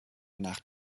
nach